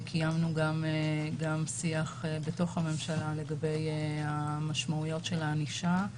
קיימנו גם שיח בתוך הממשלה לגבי המשמעויות של הענישה.